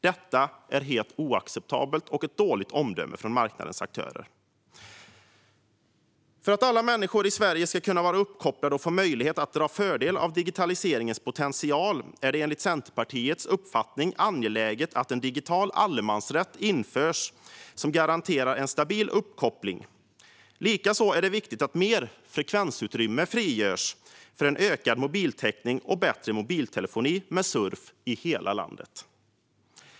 Detta är helt oacceptabelt och visar på dåligt omdöme hos marknadens aktörer. För att alla människor i Sverige ska kunna vara uppkopplade och dra fördel av digitaliseringens potential är det enligt Centerpartiets uppfattning angeläget att en digital allemansrätt införs som garanterar en stabil uppkoppling. Likaså är det viktigt att mer frekvensutrymme frigörs för ökad mobiltäckning och bättre mobiltelefoni med surf i hela landet.